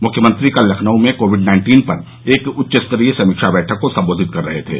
मुख्यमंत्री कल लखनऊ में कोविड नाइन्टीन पर एक उच्चस्तरीय समीक्षा बैठक को संबोधित कर रहे थे